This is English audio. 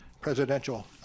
presidential